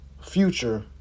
Future